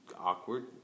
awkward